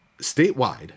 statewide